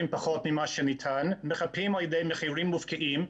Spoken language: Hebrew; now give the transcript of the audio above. פחות ממה שניתן מחפים על-ידי מחירים מופקעים,